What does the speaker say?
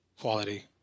quality